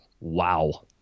wow